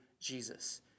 Jesus